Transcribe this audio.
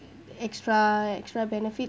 extra extra benefit